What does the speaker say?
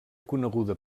coneguda